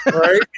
Right